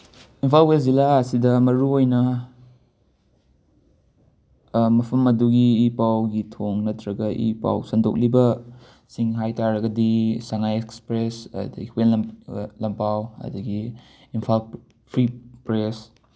Imphal west ꯖꯤꯂꯥ ꯑꯁꯤꯗ ꯃꯔꯨꯑꯣꯏꯅ ꯃꯐꯝ ꯑꯗꯨꯒꯤ ꯏ ꯄꯥꯎꯒꯤ ꯊꯣꯡ ꯅꯠꯇ꯭ꯔꯒ ꯏ ꯄꯥꯎ ꯁꯟꯗꯣꯛꯂꯤꯕꯁꯤꯡ ꯍꯥꯏ ꯇꯥꯔꯒꯗꯤ ꯁꯉꯥꯏ ꯑꯦꯛꯁꯄ꯭ꯔꯦꯁ ꯑꯗꯒꯤ ꯍꯨꯏꯌꯦꯟ ꯂꯟꯄꯥꯎ ꯑꯗꯒꯤ ꯏꯝꯐꯥꯜ ꯐ꯭ꯔꯤ ꯄ꯭ꯔꯦꯁ